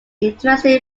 interested